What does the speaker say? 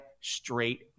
straight